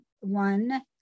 one